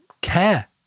care